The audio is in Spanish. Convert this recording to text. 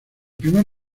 primer